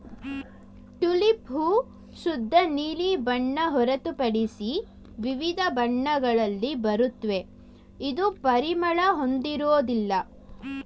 tulip ಹೂ ಶುದ್ಧ ನೀಲಿ ಬಣ್ಣ ಹೊರತುಪಡಿಸಿ ವಿವಿಧ ಬಣ್ಣಗಳಲ್ಲಿ ಬರುತ್ವೆ ಇದು ಪರಿಮಳ ಹೊಂದಿರೋದಿಲ್ಲ